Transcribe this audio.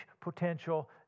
potential